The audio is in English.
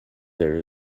there